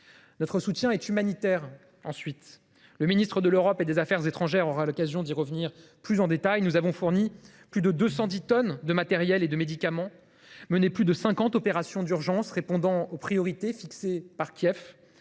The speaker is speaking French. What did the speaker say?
Notre soutien est humanitaire, ensuite. Le ministre de l’Europe et des affaires étrangères aura l’occasion d’y revenir plus en détail. Nous avons fourni plus de 210 tonnes de matériels et de médicaments et mené plus de cinquante opérations d’urgence répondant aux priorités fixées par Kiev